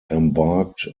embarked